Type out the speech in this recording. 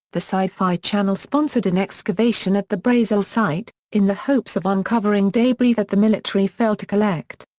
the sci-fi channel sponsored an excavation at the brazel site, in the hopes of uncovering debris that the military failed to collect.